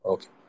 Okay